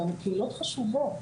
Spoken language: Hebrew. גם קהילות חשובות,